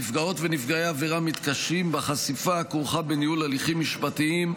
נפגעות ונפגעי העבירה מתקשים בחשיפה הכרוכה בניהול הליכים משפטיים,